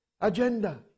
agenda